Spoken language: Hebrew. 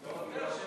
אוה.